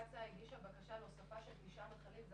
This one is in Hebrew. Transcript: קצא"א הגישה בקשה להוספה של תשעה מכלים.